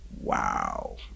wow